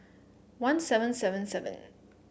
one seven seven seven